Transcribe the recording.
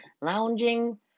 lounging